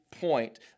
point